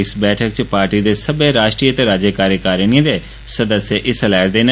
इस बैठक च पार्टी दे सब्बै राष्ट्रीय ते राज्य कार्यकारणिए दे सदस्य हिस्सा लै'रदे न